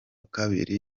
kabiri